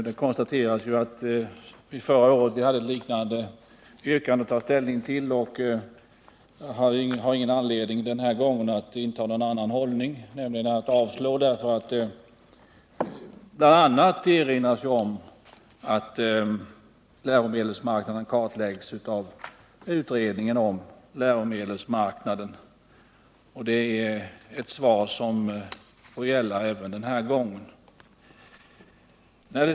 Det konstateras ju i betänkandet att vi hade ett liknande yrkande att ta ställning till förra året, och vi har ingen anledning att inta någon annan hållning i år, nämligen att yrka avslag på detta krav. Bl. a. erinras om att en kartläggning härvidlag görs av utredningen om läromedelsmarknaden. Det är ett svar som får gälla även den här gången.